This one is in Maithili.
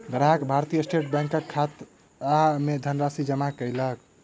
ग्राहक भारतीय स्टेट बैंकक खाता मे धनराशि जमा कयलक